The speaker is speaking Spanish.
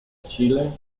chile